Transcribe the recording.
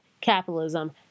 capitalism